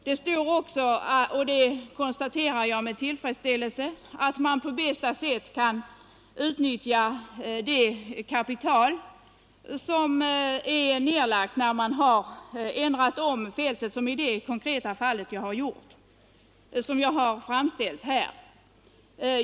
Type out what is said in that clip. Det står också i svaret, och det konstaterar jag med tillfredsställelse, att man på bästa sätt skall utnyttja det kapital som nedlagts vid utökningen av ett fält — såsom i det fall jag här tagit fram.